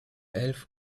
elf